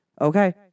Okay